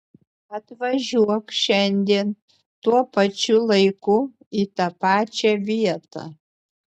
atvažiuok šiandien tuo pačiu laiku į tą pačią vietą